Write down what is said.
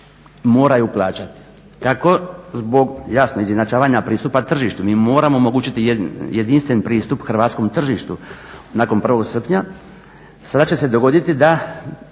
moraju plaćaju. Kako zbog jasno izjednačavanja pristupa tržištu mi moramo omogućiti jedinstven pristup hrvatskom tržištu nakon 1.srpnja, sada će se dogoditi da